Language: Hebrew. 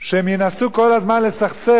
שינסו כל הזמן לסכסך